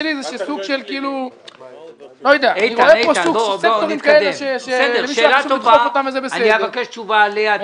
זו שאלה טובה ואני אבקש תשובה עליה.